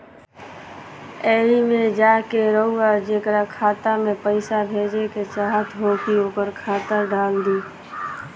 एईमे जा के रउआ जेकरा खाता मे पईसा भेजेके चाहत होखी ओकर खाता डाल दीं